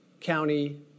county